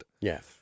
Yes